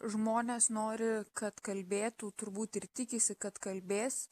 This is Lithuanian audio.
žmonės nori kad kalbėtų turbūt ir tikisi kad kalbės